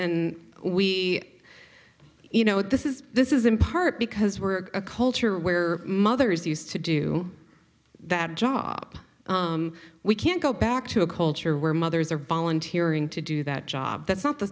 and we you know this is this is in part because we're a culture where mothers used to do that job we can't go back to a culture where mothers are volunteering to do that job that's not the